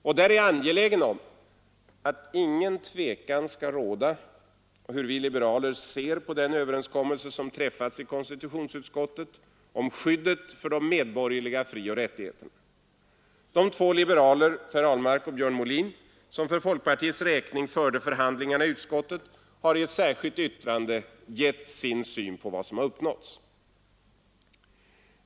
Jag är angelägen om att ingen tvekan skall kunna råda om hur vi liberaler ser på den överenskommelse som träffats i konstitutionsutskottet om skyddet för de medborgerliga frioch rättigheterna. De två liberaler Per Ahlmark och Björn Molin som för folkpartiets räkning förde förhandlingarna i utskottet har i ett särskilt yttrande gett sin syn på vad som uppnåtts.